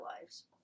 lives